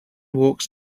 walks